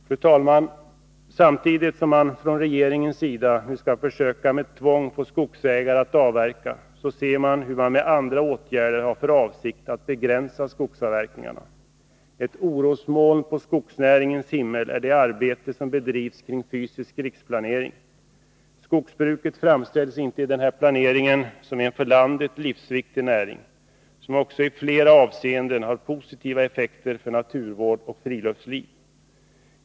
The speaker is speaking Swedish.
Fru talman! Samtidigt som regeringen nu skall försöka att med tvång få skogsägare att avverka ser man hur man med andra åtgärder har för avsikt att begränsa skogsavverkningarna. Ett orosmoln på skogsnäringens himmel är det arbete som bedrivs kring fysisk riksplanering. Skogsbruket framställs i denna planering inte som en för landet livsviktig näring, som också i flera avseenden har positiva effekter för naturvård och friluftsliv.